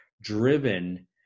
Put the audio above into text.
driven